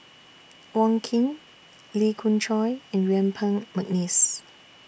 Wong Keen Lee Khoon Choy and Yuen Peng Mcneice